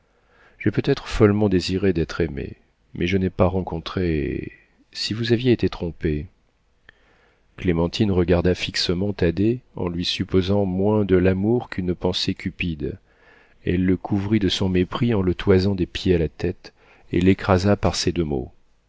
j'ai peut-être follement désiré d'être aimée mais je n'ai pas rencontré si vous aviez été trompée clémentine regarda fixement thaddée en lui supposant moins de l'amour qu'une pensée cupide elle le couvrit de son mépris en le toisant des pieds à la tête et l'écrasa par ces deux mots